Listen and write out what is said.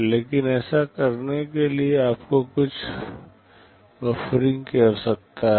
लेकिन ऐसा करने के लिए आपको कुछ बफरिंग की आवश्यकता है